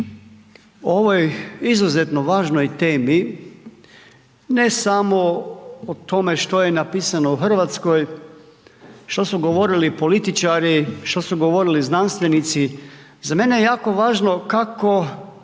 o ovoj izuzetno važnoj temi ne samo o tome što je napisano u Hrvatskoj, što su govorili političari, što su govorili znanstvenici, za mene je jako važno kako